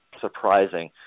surprising